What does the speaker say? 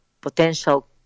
potential